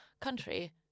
country